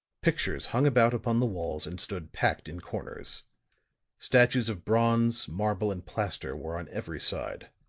pictures hung about upon the walls and stood packed in corners statues of bronze, marble and plaster were on every side